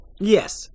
Yes